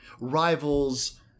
rivals